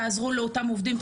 תעזרו לאותם עובדים,